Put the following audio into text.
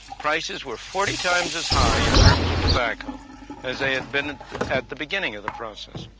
prices were forty times as high in terms of tobacco as they had been at the beginning of the process.